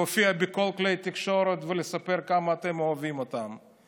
להופיע בכל כלי התקשורת ולספר כמה אתם אוהבים אותם.